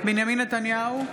בנימין נתניהו,